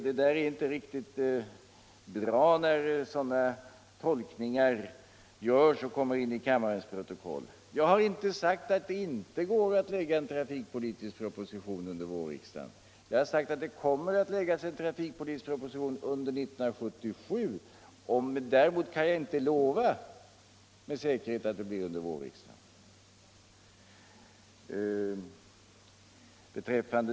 Det är inte riktigt bra när sådana tolkningar görs och kommer in t kammarens protokoll. Jag har inte sagt att det inte går att lägga fram en trafikpolitisk pro position under vårriksdagen. Jag har sagt att det kommer att framläggas en trafikpolitisk proposition under 1977 men att jag inte med sikerhet kan lova att der blir under vårriksdagen.